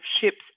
ships